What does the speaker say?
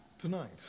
Tonight